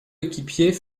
équipier